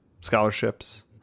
scholarships